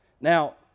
Now